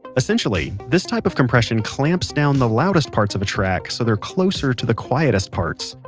essentially, this type of compression clamps down the loudest parts of a track so they're closer to the quiet parts,